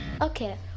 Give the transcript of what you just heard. Okay